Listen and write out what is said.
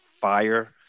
fire